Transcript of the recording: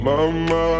Mama